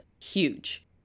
huge